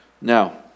Now